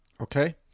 Okay